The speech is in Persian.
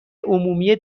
عمومی